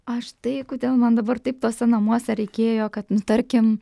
aš tai ten man dabar taip tuose namuose reikėjo kad nu tarkim